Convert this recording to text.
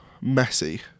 messy